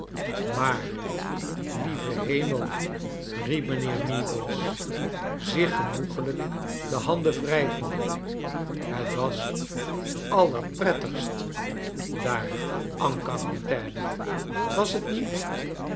maar lieve hemel riep mijnheer meagles zich gehoegelijk de handen wrijvende het was allerprettigst daar en quarantaine was t niet